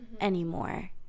anymore